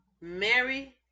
Mary